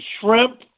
shrimp